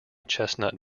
chestnut